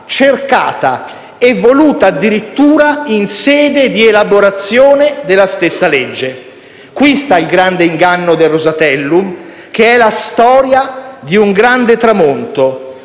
cercata e voluta addirittura in sede di elaborazione della stessa legge. Qui sta il grande inganno del Rosatellum, che è la storia di un grande tramonto